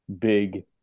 big